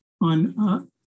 on